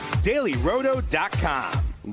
dailyroto.com